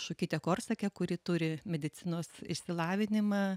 šukytė korsakė kuri turi medicinos išsilavinimą